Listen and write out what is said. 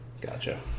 Gotcha